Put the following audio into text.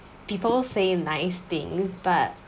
people saying nice things but